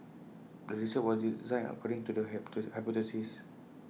the research was designed according to the hypothesis